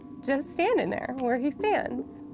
just standing there where he stands.